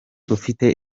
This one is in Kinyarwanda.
ufite